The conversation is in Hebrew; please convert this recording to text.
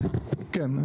כן,